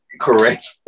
Correct